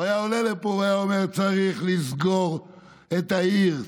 הוא היה עולה לפה והוא היה אומר: צריך לסגור את העיר שלך,